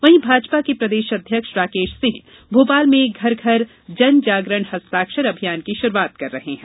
वहीं भाजपा के प्रदेश अध्यक्ष राकेश सिंह ने भोपाल में घर घर जन जागरण हस्ताक्षर अभियान की शुरूआत कर रहे हैं